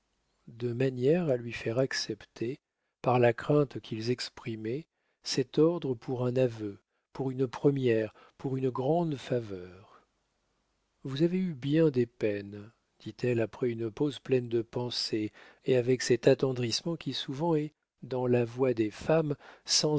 de manière à lui faire accepter par la crainte qu'ils exprimaient cet ordre pour un aveu pour une première pour une grande faveur vous avez eu bien des peines dit-elle après une pause pleine de pensées et avec cet attendrissement qui souvent est dans la voix des femmes sans